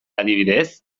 adibidez